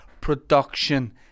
Production